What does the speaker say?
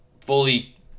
fully